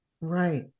Right